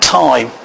time